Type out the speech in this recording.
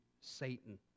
Satan